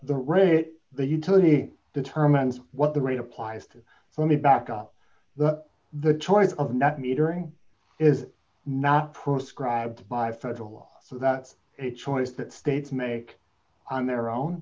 the the utility determines what the rate applies to let me back up the the choice of net metering is not proscribed by federal law so that choice that states make on their own